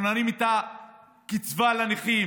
אנחנו נרים את הקצבה לנכים,